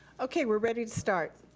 okay we're ready to start.